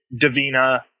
Davina